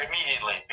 immediately